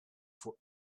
for